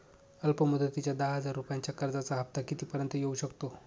अल्प मुदतीच्या दहा हजार रुपयांच्या कर्जाचा हफ्ता किती पर्यंत येवू शकतो?